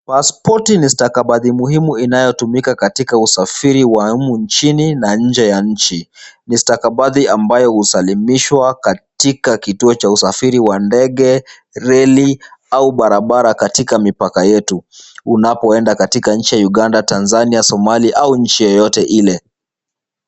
Pasipoti ni stakabadhi muhimu inayotumika katika usafiri wa humu nchini na nje ya nchi. Ni stakabadhi ambayo husalimishwa katika kituo cha usafiri wa ndege, reli au barabara katika mipaka yetu unapoenda katika nchi ya Uganda, Tanzania, Somalia au nchi yeyote ile.